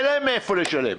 אין להם מאיפה לשלם.